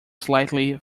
slightly